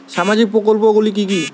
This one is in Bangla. সামাজিক প্রকল্প গুলি কি কি?